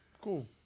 cool